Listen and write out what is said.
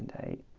a